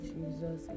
Jesus